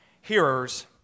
hearers